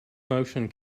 motion